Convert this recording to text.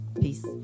Peace